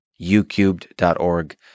ucubed.org